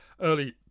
early